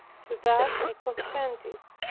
to that i consented,